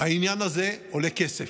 העניין הזה עולה כסף,